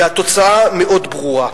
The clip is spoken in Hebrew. והתוצאה מאוד ברורה.